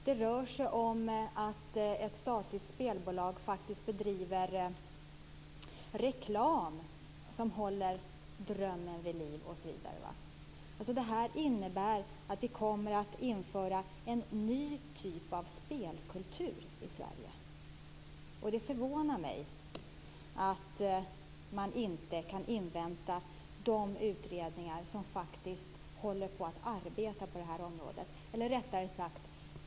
Det rör sig om att ett statligt spelbolag faktiskt bedriver reklam som håller drömmen vid liv osv. Det här innebär att vi kommer att införa en ny typ av spelkultur i Sverige. Det förvånar mig att man inte kan invänta de utredningar som faktiskt håller på att arbeta på det här området.